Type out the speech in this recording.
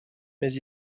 mais